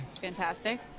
fantastic